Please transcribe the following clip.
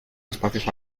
espacios